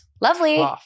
Lovely